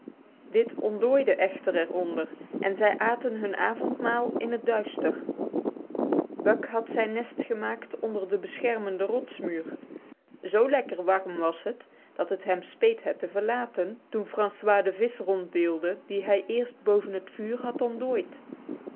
ontdooide echter onder het vuur en zij aten hun avondmaal in het duister buck had zijn nest gemaakt onder de beschermende rotsmuur zo lekker warm was het dat het hem speet het te verlaten toen fran c ois de vis ronddeelde die hij eerst boven het vuur had